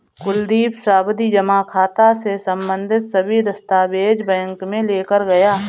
कुलदीप सावधि जमा खाता से संबंधित सभी दस्तावेज बैंक में लेकर गया